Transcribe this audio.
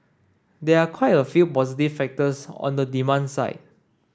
there are quite a few positive factors on the demand side